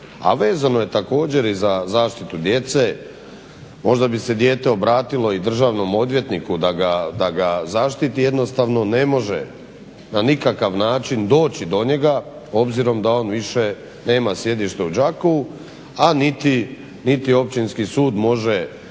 a vezano je također i za zaštitu djece, možda bi se dijete obratilo i državnom odvjetniku da ga zaštiti jednostavno ne može na nikakav način doći do njega obzirom da on više nema sjedište u Đakovu, a niti općinski sud može